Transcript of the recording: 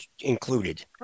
included